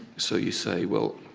so you say well,